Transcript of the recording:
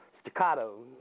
staccato